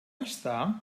està